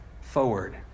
forward